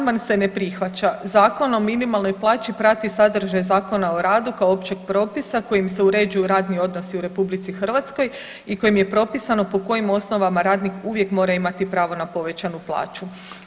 Amandman se ne prihvaća, Zakon o minimalnoj plaći prati sadržaj Zakona o radu kao općeg propisa kojim se uređuju radni odnosi u RH i kojim je propisano po kojim osnovama radnik uvijek mora imati pravo na povećanu plaću.